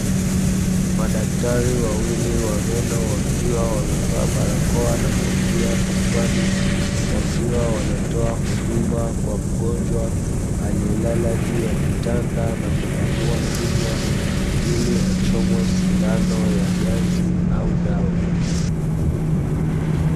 Madaktari wawili wa meno wakiwa wamevaa barakoa na kofia vichwani, wakiwa wanatoa huduma kwa mgonjwa aliyelala juu ya kitanda na kupanua kinywa ili achomwe sindano ya ganzi au dawa.